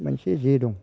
मोनसे जे दं